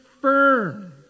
firm